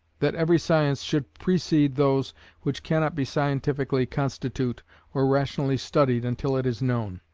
that every science should precede those which cannot be scientifically constitute or rationally studied until it is known.